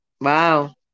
Wow